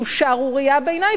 שהוא שערורייה בעיני,